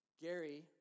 Gary